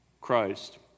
Christ